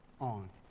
on